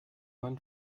man